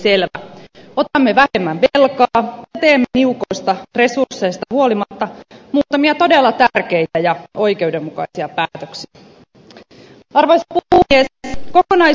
otamme vähemmän velkaa ja teemme niukoista resursseista huolimatta muutamia todella tärkeitä ja oikeudenmukaisia päätöksiä